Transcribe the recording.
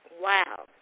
Wow